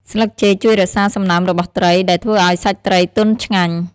ស្លឹកចេកជួយរក្សាសំណើមរបស់ត្រី ដែលធ្វើឲ្យសាច់ត្រីទន់ឆ្ងាញ់។